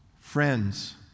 friends